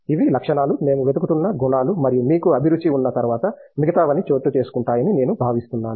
ఇవి లక్షణాలు మేము వెతుకుతున్న గుణాలు మరియు మీకు అభిరుచి ఉన్న తర్వాత మిగతావన్నీ చోటుచేసుకుంటాయని నేను భావిస్తున్నాను